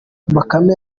bakame